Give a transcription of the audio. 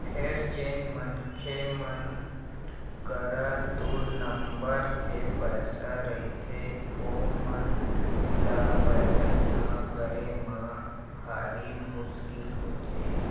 फेर जेन मनखे मन करा दू नंबर के पइसा रहिथे ओमन ल पइसा जमा करे म भारी मुसकिल होथे